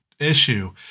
issue